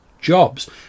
jobs